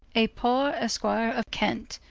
a poore esquire of kent,